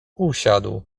usiadł